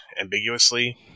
ambiguously